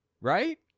right